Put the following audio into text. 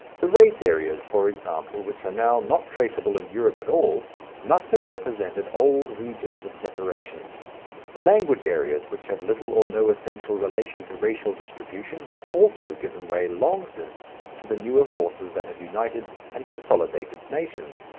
the race areas, for example, which are now not traceable in europe at all must have represented old regions of separation the language areas, which have little or no essential relation to racial distribution, have also given way long since to the newer forces that have united and consolidated nations.